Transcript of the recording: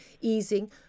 easing